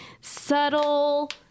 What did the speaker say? subtle